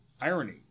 irony